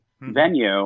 venue